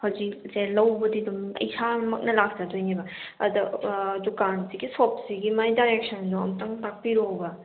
ꯍꯧꯖꯤꯛꯁꯦ ꯂꯧꯕꯗꯤ ꯑꯗꯨꯝ ꯏꯁꯥꯃꯛꯅ ꯂꯥꯛꯆꯗꯣꯏꯅꯦꯕ ꯑꯗ ꯗꯨꯀꯥꯟꯁꯤꯒꯤ ꯁꯣꯞꯁꯤꯒꯤ ꯃꯥꯏ ꯗꯥꯏꯔꯦꯛꯁꯟꯗꯣ ꯑꯝꯇꯪ ꯇꯥꯛꯄꯤꯔꯛꯎꯕ